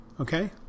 Okay